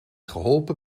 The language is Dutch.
geholpen